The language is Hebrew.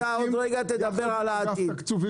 יפה, עוד רגע תדבר על העתיד.